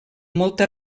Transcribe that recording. molta